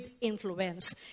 influence